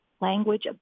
language